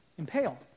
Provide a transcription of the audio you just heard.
impale